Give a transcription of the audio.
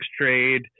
trade